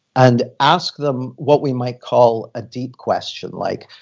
and ask them what we might call a deep question like,